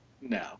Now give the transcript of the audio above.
No